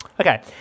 Okay